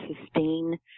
sustain